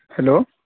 hello